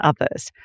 Others